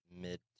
mid